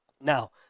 Now